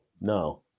no